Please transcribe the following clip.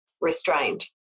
restrained